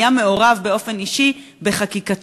היה מעורב באופן אישי בחקיקתו.